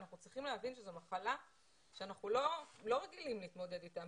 אנחנו צריכים להבין שזו מחלה שאנחנו לא רגילים להתמודד איתה.